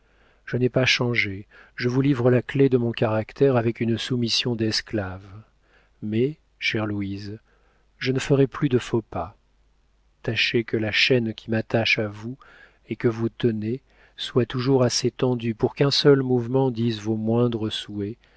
je n'ai pas changé je vous livre la clef de mon caractère avec une soumission d'esclave mais chère louise je ne ferai plus de faux pas tâchez que la chaîne qui m'attache à vous et que vous tenez soit toujours assez tendue pour qu'un seul mouvement dise vos moindres souhaits